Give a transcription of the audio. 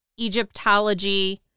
Egyptology